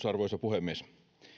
arvoisa puhemies